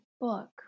book